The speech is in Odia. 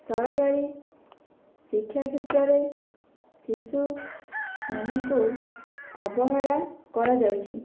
ସରକାରୀ ଶିକ୍ଷା କ୍ଷେତ୍ରରେ ଶିଶୁ ମାନଙ୍କୁ ଅବହେଳା କରାଯାଉଛି